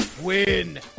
win